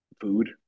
food